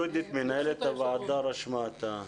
יהודית, מנהלת הוועדה, רשמה את הבקשה.